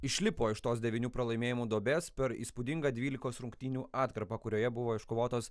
išlipo iš tos devynių pralaimėjimų duobės per įspūdingą dvylikos rungtynių atkarpą kurioje buvo iškovotos